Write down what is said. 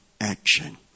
action